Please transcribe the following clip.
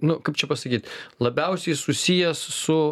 nu kaip čia pasakyt labiausiai susijęs su